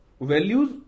values